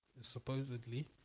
supposedly